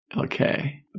Okay